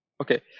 Okay